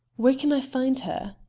where can i find her?